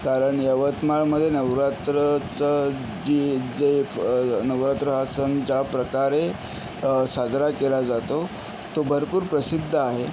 कारण यवतमाळमध्ये नवरात्रीचं जी जे नवरात्र हा सण ज्याप्रकारे साजरा केला जातो तो भरपूर प्रसिद्ध आहे